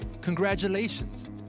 congratulations